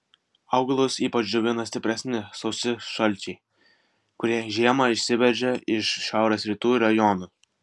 augalus ypač džiovina stipresni sausi šalčiai kurie žiemą įsiveržia iš šiaurės rytų rajonų